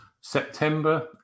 september